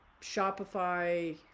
Shopify